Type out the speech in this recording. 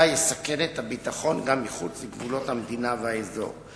יסכן את הביטחון גם מחוץ לגבולות המדינה והאזור.